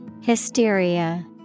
Hysteria